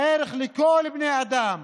ערך לכל בני האדם,